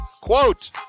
quote